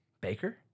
Baker